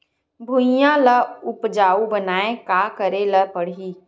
भुइयां ल उपजाऊ बनाये का करे ल पड़ही?